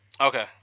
Okay